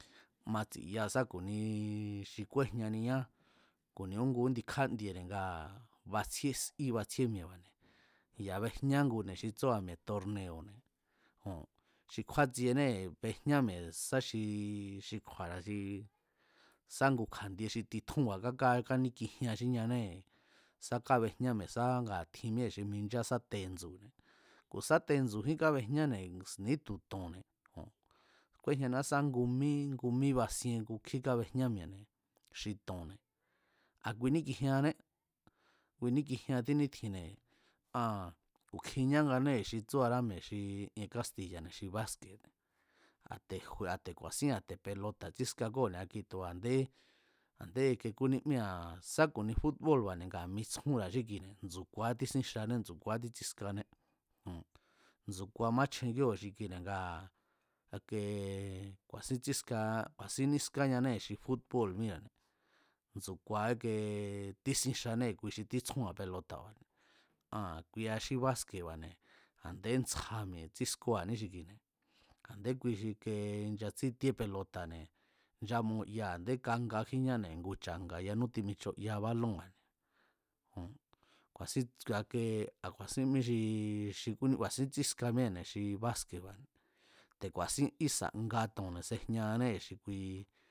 Matsi̱ya sá ku̱ni xi kúéjñaniñá ku̱ni úngu índi kjandiene̱ ngaa̱ a̱ batsjíé sí batjíé mi̱e̱ba̱ne̱ ya̱ bejñá ngune̱ xi tsúa̱ mi̱e̱ torneo̱ne̱ joo̱n xi kjúátsienée̱ béjñá mi̱e̱ sá xi xi kju̱a̱ra̱ xi sa ngu kja̱ndie xi titjúnba̱ káká káníkijiean xí ñanée̱ sá kabejñá mi̱e̱ sá ngaa̱ tjin xi minchá sa tendsu̱ne̱ ku̱ sá tenndsu̱jín kábejñáne̱ ni̱ítu̱ to̱nne̱ joo̱n, kúéjñaniá sa ngu mí ngu mí basien kukjí kábejñá mi̱e̱ne̱ xi to̱nne̱ a̱ kui níkijianné kui níkijian tjínítjinne̱ aa̱n ku̱ kjiñáanée̱ xi tsúará mi̱e̱ xi ien kástiya̱ne̱ xi báske̱ne̱ a̱ te̱ jo a̱te̱ ku̱a̱sín a̱ te̱ pelote̱ tsíska kóo̱ ni̱a̱ kine̱ tu̱a a̱ndé a̱nde ike kúnímíra̱ sá ku̱ni fút bóo̱lba̱ne̱ nga mitsjúnra̱a xí kuine̱ ndsu̱kuaá tísín xane ndsu̱kuaá títsískané joo̱n ntsúkua machjen kíóo̱ xi kuine̱ ngaa̱ a̱kee ku̱a̱sín tsískaa ku̱a̱sín nískáñanée̱ xi fut bóo̱l míra̱ne̱ nsu̱kua íke tísín xanée̱ kui xi títsúra̱ pelota̱ba̱ne̱ aa̱n kuia xí báske̱ba̱ne̱ a̱ndé ntsja mi̱e̱ tsískóo̱aní xi kuine̱ a̱nde kui xi ike nchatsítíe pelota̱ne̱ nchamoya a̱ndé kangakjíñáne̱ ngu cha̱nga̱ yanú timichoyaa bálonba̱ne̱ joo̱n, ku̱a̱sín a ke a̱ku̱a̱sín mí xi ku̱ní ku̱a̱sín tsíska míée̱ne̱ xi básque̱ba̱ne̱ te̱ ku̱a̱sín ísa̱ nga to̱nne̱ sejñaanée̱ xi kui xi